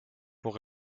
pour